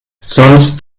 sonst